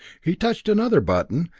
he touched another button,